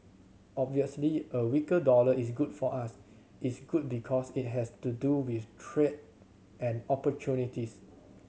obviously a weaker dollar is good for us it's good because it has to do with trade and opportunities